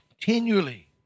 continually